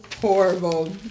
horrible